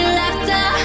laughter